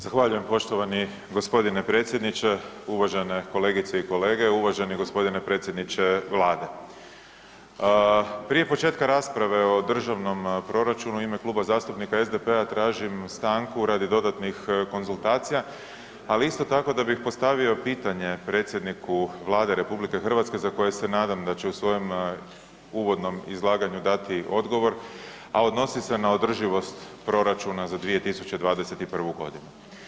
Zahvaljujem poštovani gospodine predsjedniče, uvažene kolegice i kolege, uvaženi gospodine predsjedniče Vlade, prije početka rasprave o državnom proračunu u ime Kluba zastupnika SDP-a tražim stanku radi dodatnih konzultacija, ali isto tako da bih postavio pitanje predsjedniku Vlade RH za koje se nadam da će u svojem uvodnom izlaganju dati odgovor, a odnosi se na održivost proračuna za 2021. godinu.